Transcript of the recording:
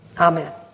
Amen